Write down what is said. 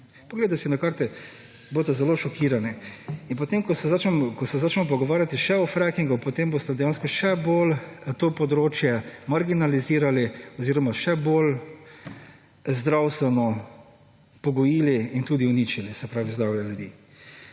Poglejte si na karte, boste zelo šokirani. In potem ko se začnemo pogovarjati še o frackingu, potem boste dejansko še bolj to področje marginalizirali oziroma še bolj zdravstveno pogojili in tudi uničili, se pravi zdravje ljudi.